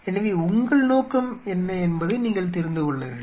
எனவே உங்கள் நோக்கம் என்ன என்பதை நீங்கள் தெரிந்து கொள்ள வேண்டும்